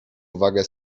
uwagę